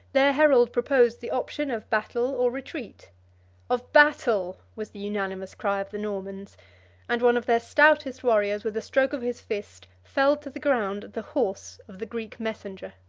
their herald proposed the option of battle or retreat of battle, was the unanimous cry of the normans and one of their stoutest warriors, with a stroke of his fist, felled to the ground the horse of the greek messenger.